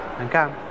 okay